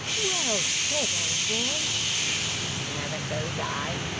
well said, old boy never say die,